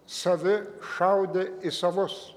savi šaudė į savus